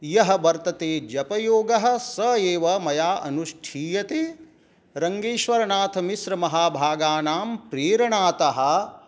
यः वर्तते जपयोगः सः एव मया अनुष्ठीयते रङ्गेश्वरनाथमिस्रमहाभागानां प्रेरणातः